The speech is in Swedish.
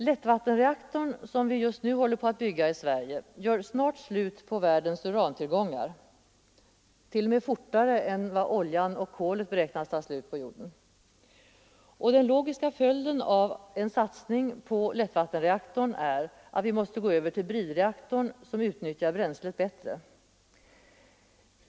Lättvattenreaktorn som vi just nu håller på att bygga i Sverige gör snart slut på världens urantillgångar — t.o.m. fortare än vad oljan och kolet beräknas ta slut på jorden — och den logiska följden av en satsning på lättvattenreaktorn blir att vi måste gå över till bridreaktorn, som utnyttjar bränslet bättre.